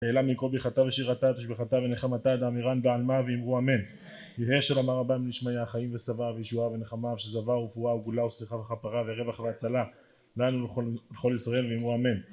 נעלה מכל ברכתה ושירתה ותשביחתה ונחמתה דאמירנן בעלמה ואמרו אמן. יראה שאמר רבן וישמעיה חיים ושבע וישועה ונחמה ושזבה ורפואה וגאולה וסליחה וכפרה ורווח והצלה לנו ולכל עם ישראל ואמרו אמן